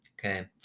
okay